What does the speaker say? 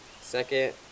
second